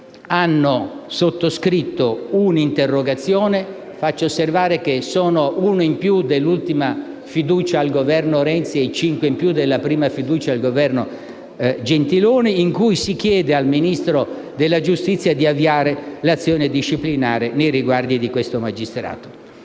hanno sottoscritto un'interrogazione (faccio osservare che sono uno in più dell'ultima fiducia al Governo Renzi e cinque in più della prima fiducia al Governo Gentiloni), in cui si chiede al Ministro della giustizia di avviare l'azione disciplinare nei riguardi di tale magistrato.